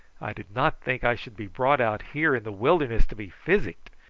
i did not think i should be brought out here in the wilderness to be physicked.